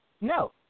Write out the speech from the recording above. No